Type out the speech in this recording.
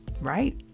right